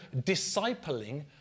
discipling